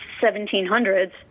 1700s